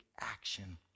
action